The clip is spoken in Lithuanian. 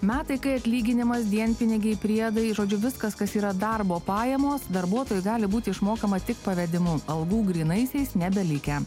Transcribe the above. metai kai atlyginimas dienpinigiai priedai žodžiu viskas kas yra darbo pajamos darbuotojui gali būti išmokama tik pavedimu algų grynaisiais nebelikę